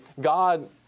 God